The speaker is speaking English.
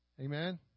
Amen